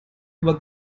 über